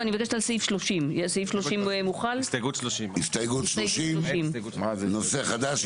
אני מבקשת על סעיף 30. הסתייגות 30. הסתייגות 30 נושא חדש.